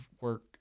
work